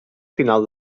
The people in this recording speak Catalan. final